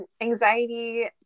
Anxiety